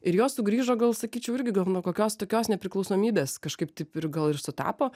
ir jos sugrįžo gal sakyčiau irgi gal nuo kokios tokios nepriklausomybės kažkaip taip ir gal ir sutapo